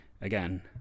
again